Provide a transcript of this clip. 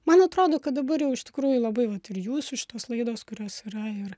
man atrodo kad dabar jau iš tikrųjų labai vat ir jūsų šitos laidos kurios yra ir